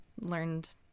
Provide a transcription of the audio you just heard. learned